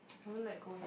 haven't let go yet